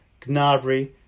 Gnabry